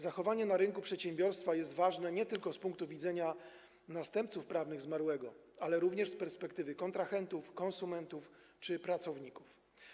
Zachowanie na rynku przedsiębiorstwa jest ważne nie tylko z punktu widzenia następców prawnych zmarłego, ale również z perspektywy kontrahentów, konsumentów czy pracowników.